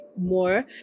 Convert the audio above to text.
more